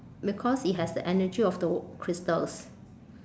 because it has the energy of the crystals